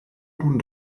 nun